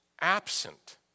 absent